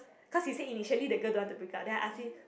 cause he say initially the girl don't want to break up then I ask him